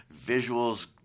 visuals